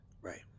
Right